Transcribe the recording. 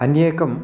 अन्यदेकं